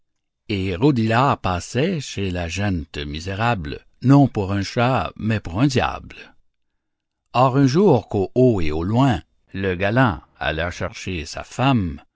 et rodilard passait chez la gent misérable non pour un chat mais pour un diable or un jour qu'au haut et au loin le galant alla chercher femme